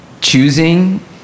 choosing